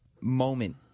moment